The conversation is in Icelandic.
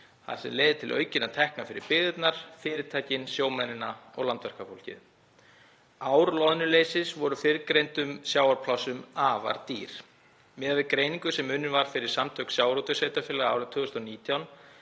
það sem leiðir til aukinna tekna fyrir byggðirnar, fyrirtækin, sjómennina og landverkafólkið. Ár loðnuleysis voru fyrrgreindum sjávarplássum afar dýr. Miðað við greiningu sem unnin var fyrir Samtök sjávarútvegssveitarfélaga árið 2019